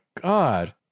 god